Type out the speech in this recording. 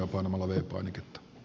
arvoisa puhemies